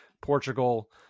Portugal